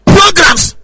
Programs